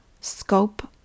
scope